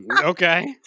okay